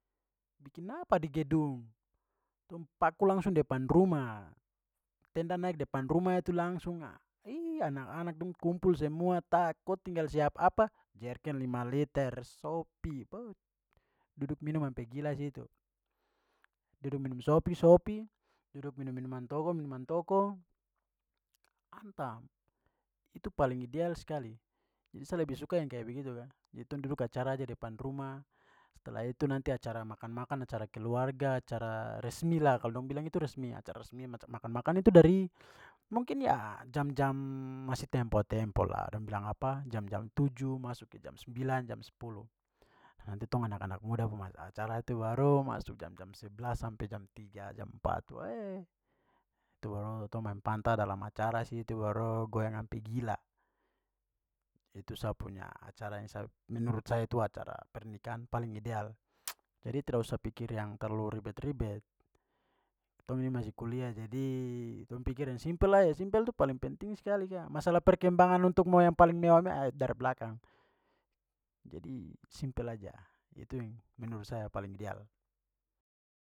Bikin apa di gedung. Tong paku langsung depan rumah. Tenda naik depan rumah itu langsung, ih, anak-anak dong kumpul semua ko tinggal siap apa? Jerigen lima liter, sopi, beuh, duduk minum sampai gila situ. Duduk minum sopi sopi, duduk minum minuman toko minuman toko, itu paling ideal skali. Jadi sa lebih suka yang kayak begitu ka. Jadi tong duduk acara aja depan rumah setelah itu nanti acara makan-makan, acara keluarga, acara resmi la, kalo dong bilang itu resmi, acara resmi. Makan-makan itu dari mungkin ya jam-jam masih tempo-tempo la. Dong bilang apa, jam-jam tujuh, masuk ke jam sembilan, jam sepuluh. Nanti tong anak-anak muda mo masuk acara tu baru masuk jam-jam sebelas sampai jam tiga jam empat, we, itu baru tong main panta dalam acara situ, baru goyang sampai gila. Itu sa punya acara yang sa menurut saya itu acara pernikahan paling ideal. jadi tidak usah pikir yang terlalu ribet-ribet. Tong ini masih kuliah jadi tong pikir yang simpel aja. Simpel tu paling penting skali ka. Masalah perkembangan untuk mo yang paling mewah-mewah, aih, dari belakang. Jadi simpel aja, itu yang menurut saya paling ideal.